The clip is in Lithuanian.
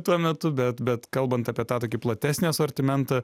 tuo metu bet bet kalbant apie tą tokį platesnį asortimentą